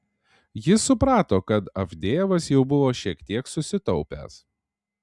jis suprato kad avdejevas jau buvo šiek tiek susitaupęs